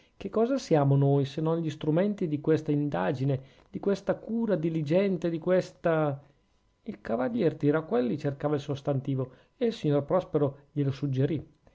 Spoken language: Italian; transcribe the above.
che cosa siamo noi se non gli strumenti di questa indagine di questa cura diligente di questa il cavalier tiraquelli cercava il sostantivo e il signor prospero glielo